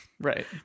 right